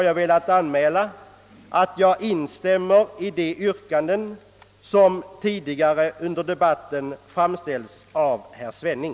Jag instämmer, herr talman, i de yrkanden som tidigare i debatten framställts av herr Svenning.